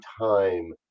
time